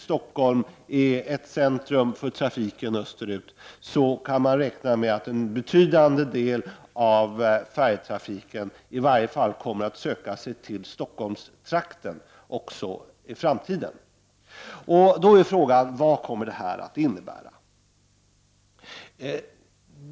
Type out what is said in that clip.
Stockholm är nu ett centrum för trafiken österut, och man kan räkna med att en betydande del av färjetrafiken även i framtiden kommer att söka sig till Stockholmstrakten. Då är frågan: Vad kommer detta att innebära?